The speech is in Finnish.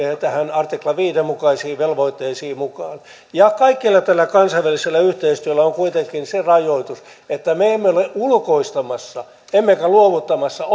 artikla viiden mukaisiin velvoitteisiin mukaan ja kaikella tällä kansainvälisellä yhteistyöllä on kuitenkin se rajoitus että me emme ole ulkoistamassa emmekä luovuttamassa